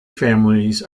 families